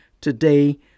Today